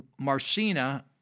Marcina